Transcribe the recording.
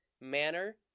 manner